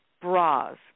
bras